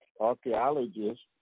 Archaeologists